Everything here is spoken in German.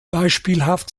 beispielhaft